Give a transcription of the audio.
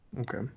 Okay